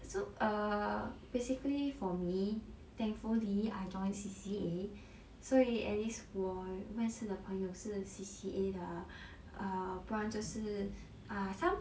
so err basically for me thankfully I join C_C_A 所以 at least 我认识的朋友是 C_C_A 的 ah err 不然就是 ah some